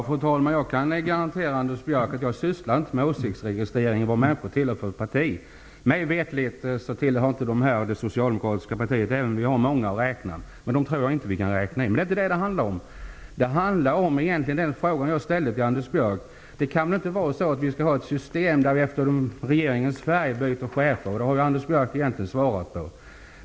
Fru talman! Jag kan garantera Anders Björck att jag inte sysslar med åsiktsregistrering. Jag vet inte vilka partier olika människor tillhör. Mig veterligen tillhör inte dessa tre personer det socialdemokratiska partiet, även om vi socialdemokrater har många som vi kan räkna till vårt parti. Men det är inte det som det handlar om. Det handlar om den fråga som jag ställde till Anders Björck, nämligen att det väl inte är rimligt att vi skall ha ett system där man byter chefer efter regeringens färg. Och det har Anders Björck också egentligen svarat på.